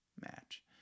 match